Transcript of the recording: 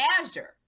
azure